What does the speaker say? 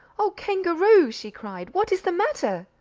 o kangaroo! she cried, what is the matter?